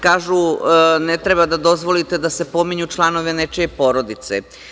Kažu, ne treba da dozvolite da se pominju članovi nečije porodice.